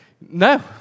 no